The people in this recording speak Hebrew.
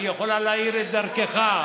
היא יכולה להאיר את דרכך,